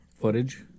footage